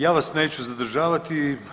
Ja vas neću zadržavati.